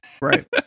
right